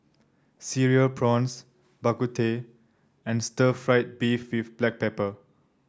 Cereal Prawns Bak Kut Teh and Stir Fried Beef with Black Pepper